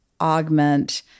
augment